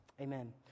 Amen